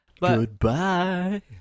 Goodbye